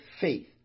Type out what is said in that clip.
faith